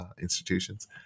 institutions